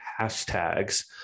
hashtags